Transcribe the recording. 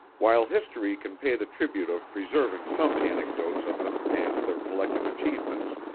while history can pay the tribute of preserving some anecdotes of them and their collective achievements,